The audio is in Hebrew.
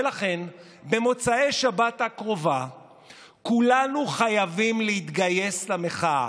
ולכן במוצאי שבת הקרובה כולנו חייבים להתגייס למחאה.